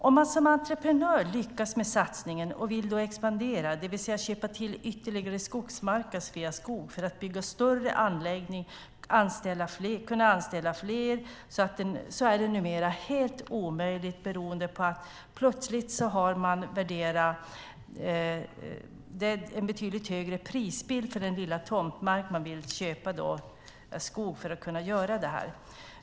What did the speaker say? Om man som entreprenör lyckas med satsningen och vill expandera, det vill säga köpa till ytterligare skogsmark av Sveaskog för att bygga en större anläggning och kunna anställa fler är det numera helt omöjligt beroende på att det plötsligt är en betydligt högre prisbild för den lilla tomtmark med skog man vill köpa för att kunna göra detta.